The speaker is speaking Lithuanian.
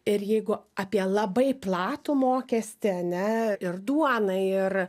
ir jeigu apie labai platų mokestį ane ir duonai ir